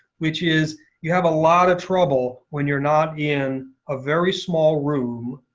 which is you have a lot of trouble when you're not in a very small room,